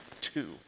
two